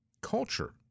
culture